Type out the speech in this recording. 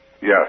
yes